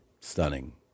Stunning